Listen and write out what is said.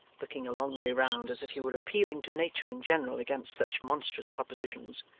looking a long way round, as if he were appealing to nature in general against such monstrous propositions.